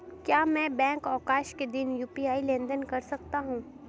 क्या मैं बैंक अवकाश के दिन यू.पी.आई लेनदेन कर सकता हूँ?